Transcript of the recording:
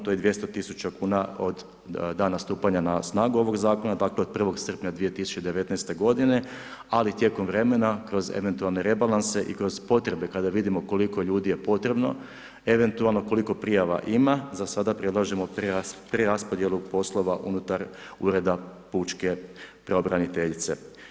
To je 200.000 kuna od dana stupanja na snagu ovog zakona dakle od 1. srpnja 2019. godine, ali tijekom vremena kroz eventualne rebalanse i kroz potrebe kada vidimo koliko ljudi je potrebo, eventualno koliko prijava ima, za sada predlažemo preraspodjelu unutar Ureda pučke pravobraniteljice.